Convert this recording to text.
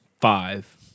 Five